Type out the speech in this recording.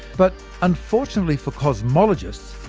but unfortunately for cosmologists,